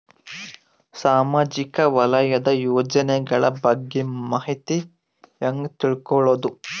ಸಾಮಾಜಿಕ ವಲಯದ ಯೋಜನೆಗಳ ಬಗ್ಗೆ ಮಾಹಿತಿ ಹ್ಯಾಂಗ ತಿಳ್ಕೊಳ್ಳುದು?